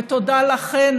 ותודה לכן,